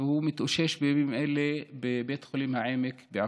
והוא מתאושש בימים אלה בבית חולים העמק בעפולה.